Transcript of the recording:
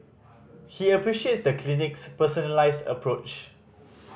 he appreciates the clinic's personalised approach